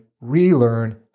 relearn